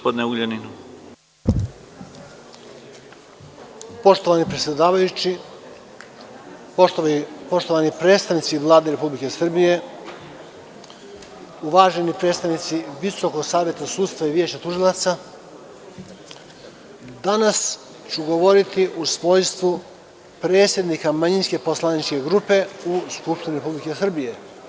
Poštovani predsedavajući, poštovani predstavnici Vlade Republike Srbije, uvaženi predstavnici Visokog saveta sudstva i Veća tužilaca, danas ću govoriti u svojstvu predsednika manjinske poslaničke grupe u Skupštini Republike Srbije.